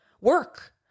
work